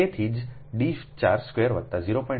તેથી જ d 4 square વત્તા 0